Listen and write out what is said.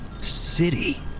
city